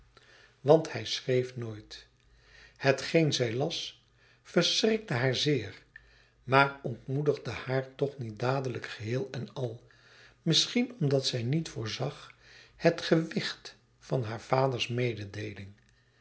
want hij schreef nooit hetgeen zij las verschrikte haar zeer maar ontmoedigde haar toch niet dadelijk geheel en al misschien omdat zij niet voorzag het gewicht van haar vaders mededeeling